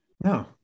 No